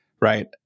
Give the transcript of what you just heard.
right